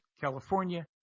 California